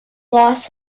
lost